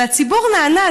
והציבור נענה.